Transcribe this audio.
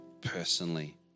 personally